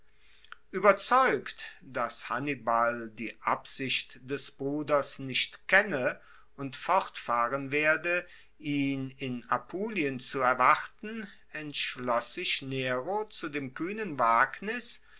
ueberzeugt dass hannibal die absicht des bruders nicht kenne und fortfahren werde ihn in apulien zu erwarten entschloss sich nero zu dem kuehnen wagnis